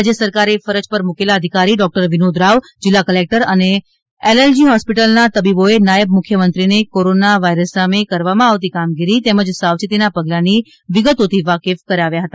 રાજ્ય સરકારે ફરજ પર મૂકેલા અધિકારી ડોકટર વિનોદ રાવ જીલ્લા કલેકટર અને એલએલજી હોસ્પિટલનાં તબીબોએ નાયબ મુખ્યમંત્રીને કોરોના વાયરસ સામે કરવામાં આવતી કામગીરી તેમજ સાવચેતીના પગલાંની વિગતોથી વાકેફ કરાવ્યા હતા